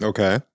Okay